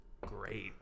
great